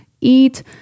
eat